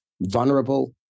vulnerable